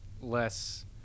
less